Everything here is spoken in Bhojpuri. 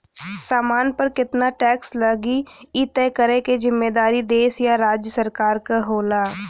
सामान पर केतना टैक्स लगी इ तय करे क जिम्मेदारी देश या राज्य सरकार क होला